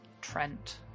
Trent